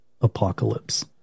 apocalypse